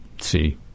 See